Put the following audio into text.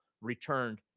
returned